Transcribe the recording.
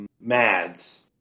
Mads